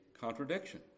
contradiction